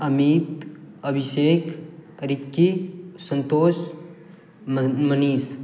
अमीत अभिषेक रिक्की सन्तोष मन मनीष